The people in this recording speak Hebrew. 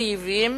אקטיביים